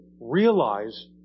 realize